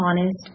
honest